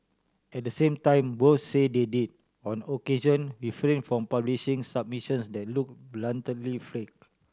at the same time both say they did on occasion refrain from publishing submissions that look blatantly fake